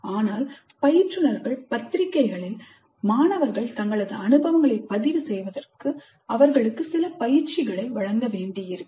ஆனால் பயிற்றுனர்கள் பத்திரிக்கைகளில் மாணவர்கள் தங்களது அனுபவங்களை பதிவு செய்வதற்கு கற்பவர்களுக்கு சில பயிற்சிகளை வழங்க வேண்டியிருக்கும்